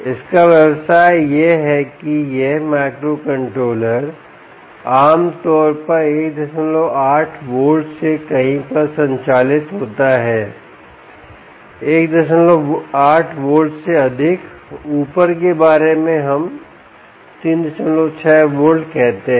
इसका व्यवसाय यह है कि यह माइक्रोकंट्रोलर आमतौर पर 18 वोल्ट से कहीं पर संचालित होता है18 वोल्ट से अधिक ऊपर के बारे में हम 36 वोल्ट कहते हैं